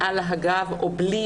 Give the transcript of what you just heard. מעל הגב או בלי